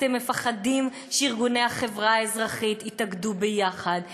אתם מפחדים שארגוני החברה האזרחית יתאגדו ביחד ויגידו: